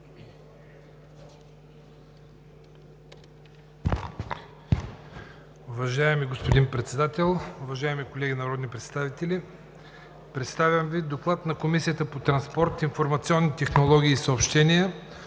господин Председател, уважаеми колеги народни представители! Представям Ви: „ДОКЛАД на Комисията по транспорт, информационни технологии и съобщения